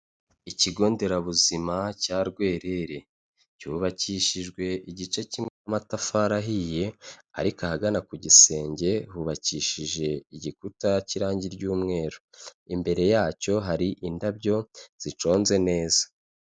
Ikigo nderabuzima cya Rwerere cyubakishijwe igice cy'amatafari ahiye ariko ahagana ku gisenge hubakishije igikuta cy'irangi ry'umweru, imbere yacyo hari indabyo ziconze neza.